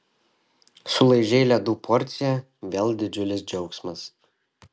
sulaižei ledų porciją vėl didžiulis džiaugsmas